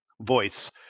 voice